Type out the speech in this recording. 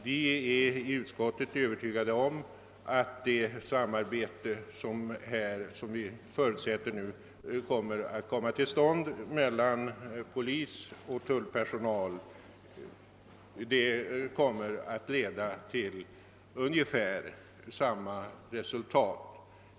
Utskottsmajoriteten är övertygad om att det samarbete som vi nu förutsätter skall komma till stånd mellan polis och tullpersonal kommer att leda till ungefär samma resultat.